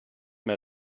mehr